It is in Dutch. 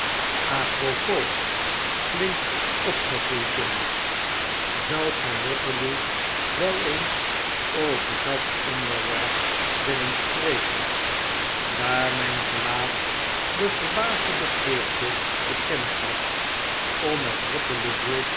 a propos flink opgeroeid jongens zoudt gy waterloo wel eens over dat onderwerp willen spreken daar myn gelaat de verbaasde begeerte te kennen gaf om met waterloo